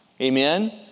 Amen